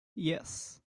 yes